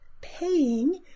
paying